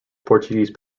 portuguese